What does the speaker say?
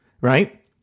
Right